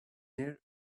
near